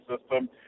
system